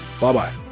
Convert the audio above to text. Bye-bye